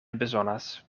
bezonas